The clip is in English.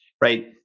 right